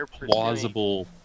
plausible